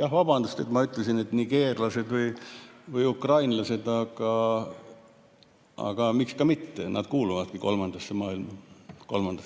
Jah, vabandust, et ma ütlesin, et nigeerlased või ukrainlased. Aga miks ka mitte? Nad kuuluvadki kolmandasse maailma,